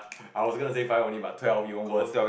I was gonna say five only but twelve even worse